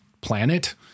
planet